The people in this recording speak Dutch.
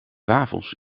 wafels